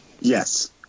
Yes